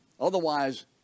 Otherwise